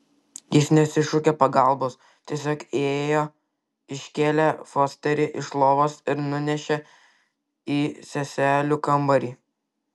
jis nesišaukė pagalbos tiesiog įėjo iškėlė fosterį iš lovos ir nunešė į seselių kambarį